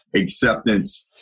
acceptance